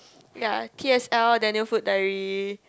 ya t_s_l then new food diary